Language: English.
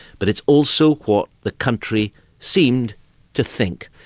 but it's also what the country seemed to think.